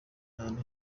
ahantu